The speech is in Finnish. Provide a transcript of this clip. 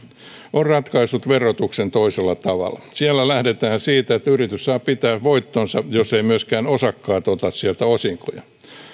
on ratkaissut verotuksen toisella tavalla siellä lähdetään siitä että yritys saa pitää voittonsa jos eivät myöskään osakkaat ota sieltä osinkoja